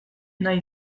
nahi